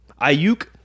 Ayuk